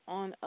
on